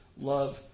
love